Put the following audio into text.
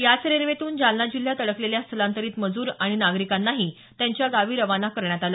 याच रेल्वेतून जालना जिल्ह्यात अडकलेल्या स्थलांतरित मजूर आणि नागरिकांनाही त्यांच्या गावी रवाना करण्यात आलं